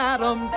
Adam